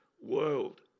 world